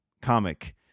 comic